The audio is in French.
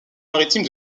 maritime